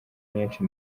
nyinshi